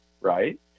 right